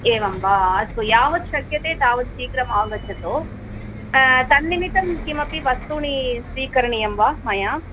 एवं वा अस्तु यावत् शक्यते तावत् शीघ्रमागच्छतु तन्निमित्तं किमपि वस्तूनि स्वीकरणीयं वा मया